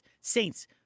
Saints